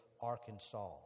Arkansas